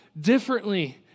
differently